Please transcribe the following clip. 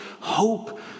hope